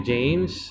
James